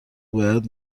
باید